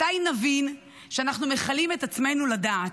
מתי נבין שאנחנו מכלים את עצמנו לדעת?